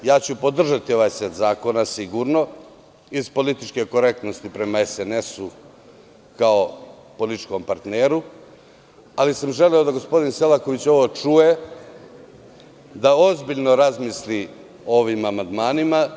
Podržaću sigurno ovaj set zakona iz političke korektnosti prema SNS kao političkom partneru, ali sam želeo da gospodin Selaković ovo čuje, da ozbiljno razmisli o ovim amandmanima.